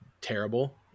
terrible